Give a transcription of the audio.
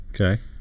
Okay